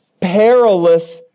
perilous